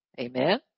Amen